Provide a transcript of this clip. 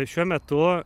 šiuo metu